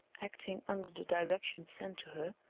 acting under the directions sent to her,